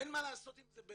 אין מה לעשות עם זה,